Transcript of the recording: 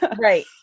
Right